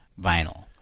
vinyl